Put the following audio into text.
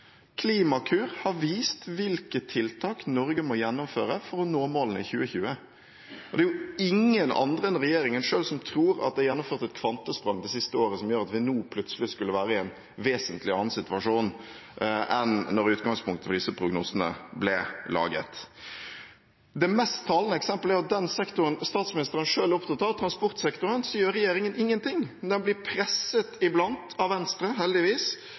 Klimakur har vist hvilke tiltak Norge må gjennomføre for å nå målene i 2020. Det er jo ingen andre enn regjeringen selv som tror at det er gjort et kvantesprang det siste året som gjør at vi nå plutselig skulle være i en vesentlig annen situasjon enn den som var utgangspunktet da disse prognosene ble laget. Det mest talende eksempelet er at i den sektoren statsministeren selv er opptatt av, transportsektoren, gjør regjeringen ingenting, men blir iblant presset av Venstre, heldigvis.